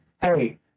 hey